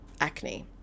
acne